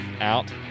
out